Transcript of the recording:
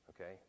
okay